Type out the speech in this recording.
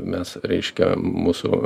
mes reiškia mūsų